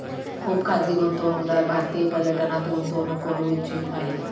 खुप खाजगी गुंतवणूकदार भारतीय पर्यटनात गुंतवणूक करू इच्छित आहे